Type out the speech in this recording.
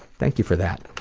thank you for that,